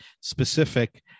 specific